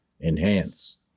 Enhance